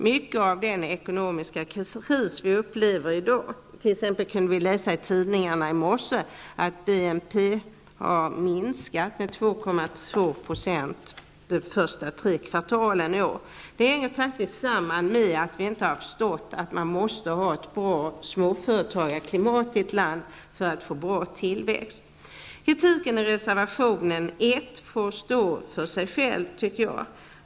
Mycket av den ekonomiska kris som vi upplever i dag -- vi kunde t.ex. läsa i tidningarna i morse att BNP har minskat med 2,2 % under de tre första kvartalen i år -- hänger samman med att vi inte har förstått att man måste ha ett bra småföretagarklimat i ett land för att få bra tillväxt. Kritiken i reservation 1 får stå för sig själv.